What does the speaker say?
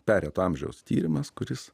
pereito amžiaus tyrimas kuris